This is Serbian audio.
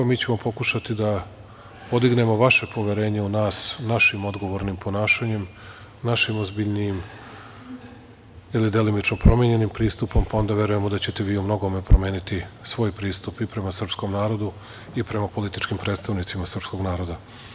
Mi ćemo pokušati da podignemo vaše poverenje u nas, našim odgovornim ponašanjem, našim ozbiljnijim ili delimično promenjenim pristupom, pa onda verujem da ćete vi u mnogome promeni i svoj pristup i prema srpskom narodu i prema političkim predstavnicima srpskog naroda.